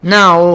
now